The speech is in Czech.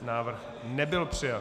Návrh nebyl přijat.